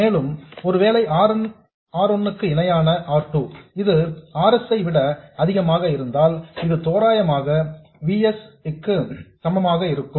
மேலும் ஒருவேளை R 1 க்கு இணையான R 2 இது R s ஐ விட அதிகமாக இருந்தால் இது தோராயமாக V s இக்கு சமமாக இருக்கும்